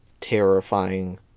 terrifying